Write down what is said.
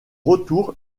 retour